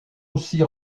aussi